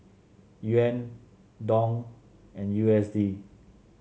Yuan Dong and U S D